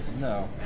No